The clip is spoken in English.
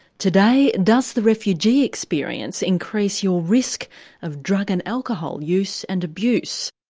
today does the refugee experience increase your risk of drug and alcohol use and abuse?